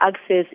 access